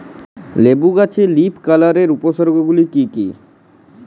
লেবু গাছে লীফকার্লের উপসর্গ গুলি কি কী?